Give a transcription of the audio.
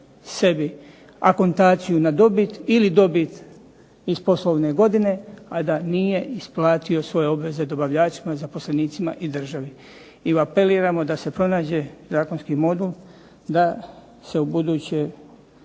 sebi akontaciju na dobit ili dobit iz poslovne godine, a da nije isplatio svoje obveze dobavljačima, zaposlenicima i državi. I apeliramo da se pronađe zakonski modul da se ubuduće